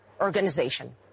organization